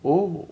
oh